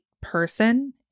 person